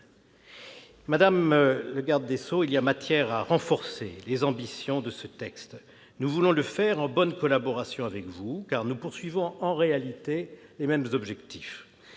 Madame la garde des sceaux, il y a matière à renforcer les ambitions de ce texte. Nous voulons le faire en bonne collaboration avec vous, car nous avons en réalité les mêmes objectifs.